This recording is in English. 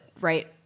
right